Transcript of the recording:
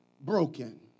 broken